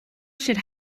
should